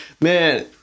man